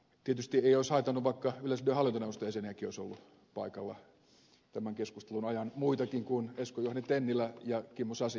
tietysti ei olisi haitannut vaikka yleisradion hallintoneuvoston jäseniäkin olisi ollut paikalla tämän keskustelun ajan muitakin kuin esko juhani tennilä ja kimmo sasi